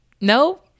No